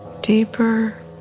deeper